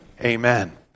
Amen